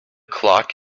clock